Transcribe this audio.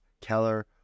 Keller